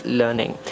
learning